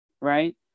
right